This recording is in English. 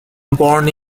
born